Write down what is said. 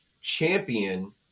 champion